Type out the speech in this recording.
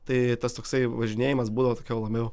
tai tas toksai važinėjimas būdavo tokia labiau